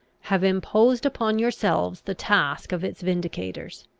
have imposed upon yourselves the task of its vindicators.